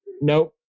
Nope